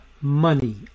money